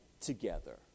together